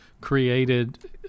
created